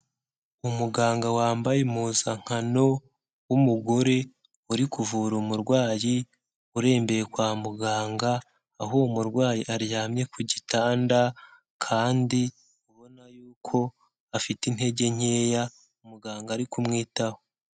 Umuganga wambaye impuzankano w'umugore uri kuvura umurwayi urembeye kwa muganga, aho umurwayi aryamye ku gitanda kandi ubona y'uko afite intege nkeya umuganga ari kumwitaho.